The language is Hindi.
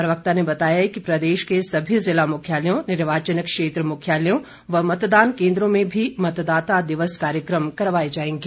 प्रवक्ता ने बताया कि प्रदेश के सभी जिला मुख्यालयों निर्वाचन क्षेत्र मुख्यालयों व मतदान केन्द्रों में भी मतदाता दिवस कार्यकम करवाए जाएंगे